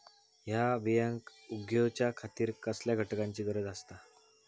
हया बियांक उगौच्या खातिर कसल्या घटकांची गरज आसता?